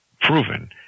proven